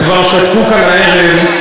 כבר שתקו כאן הערב,